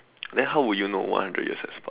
then how would you know one hundred years has start